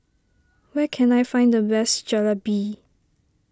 where can I find the best Jalebi